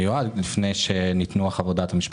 מיועד לפני שניתנו חוות הדעת המשפטיות.